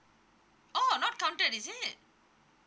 oh not counted is it